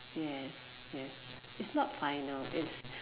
yes yes it's not final it's